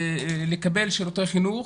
לקבל שירותי חינוך.